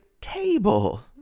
table